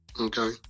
Okay